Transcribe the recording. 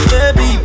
Baby